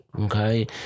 okay